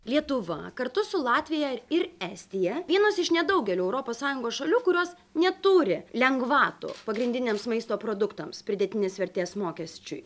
lietuva kartu su latvija ir estija vienos iš nedaugelio europos sąjungos šalių kurios neturi lengvatų pagrindiniams maisto produktams pridėtinės vertės mokesčiui